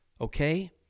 okay